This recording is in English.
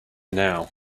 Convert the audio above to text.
now